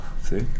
See